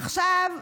עכשיו,